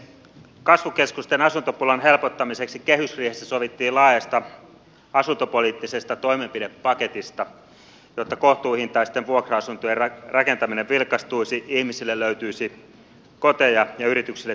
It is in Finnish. kasvukeskusten asuntopulan helpottamiseksi kehysriihessä sovittiin laajasta asuntopoliittisesta toimenpidepaketista jotta kohtuuhintaisten vuokra asuntojen rakentaminen vilkastuisi ihmisille löytyisi koteja ja yrityksille työntekijöitä